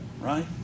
right